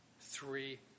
three